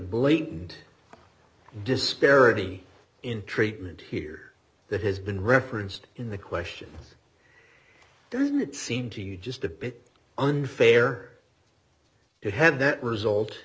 blatant disparity in treatment here that has been referenced in the question doesn't it seem to you just a bit unfair it had that result